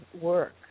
work